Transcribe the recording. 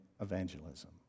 evangelism